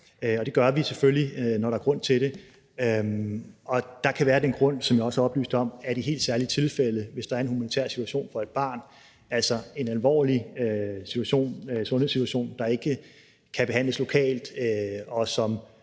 det gør vi selvfølgelig, når der er grund til det. Og der kan være den grund, som jeg også oplyste om, at i helt særlige tilfælde, hvis der er en humanitær situation for et barn, altså en alvorlig sundhedssituation, der ikke kan behandles lokalt, og som